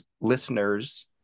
listeners